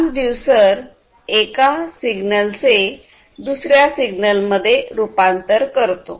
transducer एका signal चे दुसऱ्या सिग्नल मध्ये रूपांतर करतो